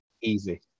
easy